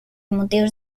motius